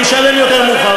אני משלם יותר מאוחר.